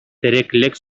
тереклек